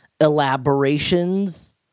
elaborations